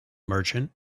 merchant